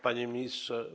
Panie Ministrze!